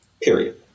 Period